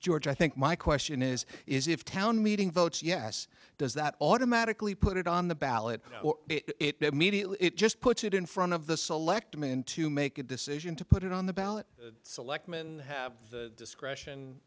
george i think my question is is if town meeting votes yes does that automatically put it on the ballot or it immediately it just puts it in front of the selectmen to make a decision to put it on the ballot selectman have the discretion